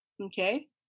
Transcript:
Okay